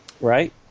Right